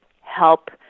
help